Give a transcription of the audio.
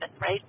right